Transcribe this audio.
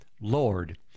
Lord